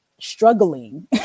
struggling